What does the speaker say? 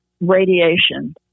radiation